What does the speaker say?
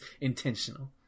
intentional